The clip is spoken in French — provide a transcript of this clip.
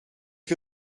que